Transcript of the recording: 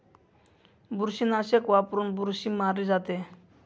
बुरशीनाशक वापरून बुरशी मारली जाते